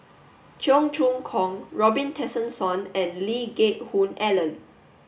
Cheong Choong Kong Robin Tessensohn and Lee Geck Hoon Ellen